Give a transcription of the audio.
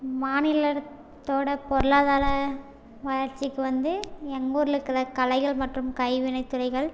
மாநிலத்தோட பொருளாதார வளர்ச்சிக்கு வந்து எங்கூரில் இருக்கற கலைகள் மற்றும் கைவினை துறைகள்